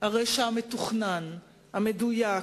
הרשע המתוכנן, המדויק,